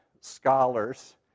scholars